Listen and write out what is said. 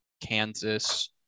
Kansas